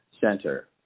center